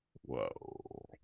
Whoa